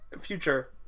Future